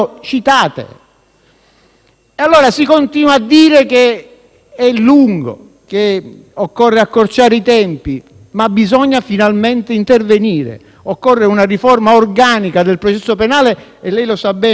il processo penale è lungo, che occorre accorciare i tempi, ma bisogna finalmente intervenire. Occorre una riforma organica del processo penale, e lei lo sa bene, signor Ministro.